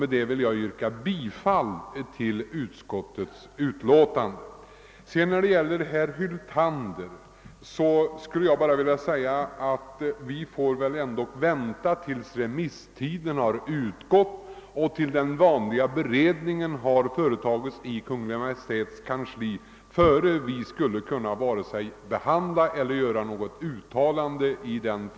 Jag ber att få yrka bifall till utskottets hemställan. För herr Hyltander vill jag bara framhålla, att vi väl ändock får vänta tills remisstiden har utgått och den vanliga beredningen i Kungl. Maj:ts kansli har slutförts innan vi kan vare sig behandla frågan eller göra något uttalande i den.